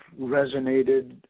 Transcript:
resonated